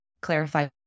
clarify